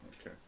Okay